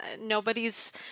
Nobody's